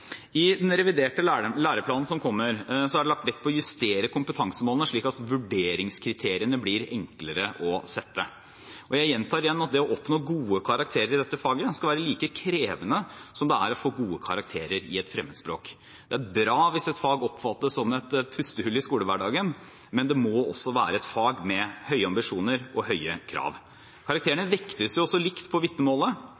I den reviderte læreplanen som kommer, er det lagt vekt på å justere kompetansemålene slik at vurderingskriteriene blir enklere å sette. Jeg gjentar igjen at det å oppnå gode karakterer i dette faget skal være like krevende som det er å få gode karakterer i et fremmedspråk. Det er bra hvis et fag oppfattes som et pustehull i skolehverdagen, men det må også være et fag med høye ambisjoner og høye krav. Karakterene vektes jo også likt på vitnemålet.